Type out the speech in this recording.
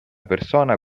persona